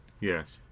yes